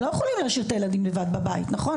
הם לא יכולים להשאיר את הילדים לבד בבית נכון?